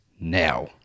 now